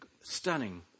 Stunning